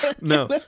No